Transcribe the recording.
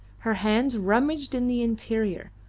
her hands rummaged in the interior,